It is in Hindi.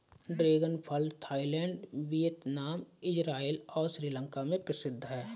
ड्रैगन फल थाईलैंड, वियतनाम, इज़राइल और श्रीलंका में प्रसिद्ध है